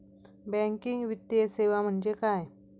Banking वित्तीय सेवा म्हणजे काय?